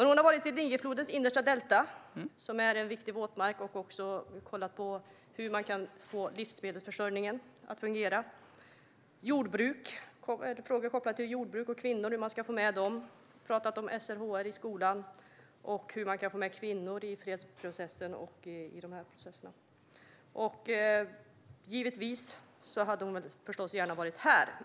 Hon har varit i Dinjiflodens innersta delta, som är en viktig våtmark. Hon har också kollat på hur man kan få livsmedelsförsörjningen att fungera, frågor kopplade till jordbruk och hur man ska få med kvinnorna. Hon har pratat om SRHR i skolan och om hur man kan få med kvinnor i fredsprocessen. Givetvis hade hon förstås gärna varit här.